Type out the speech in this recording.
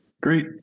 Great